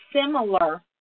similar